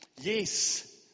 Yes